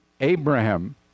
Abraham